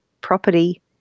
property